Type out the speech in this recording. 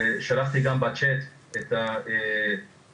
שלחתי גם בצ'ט את הפיצוח,